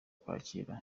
kwakira